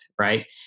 right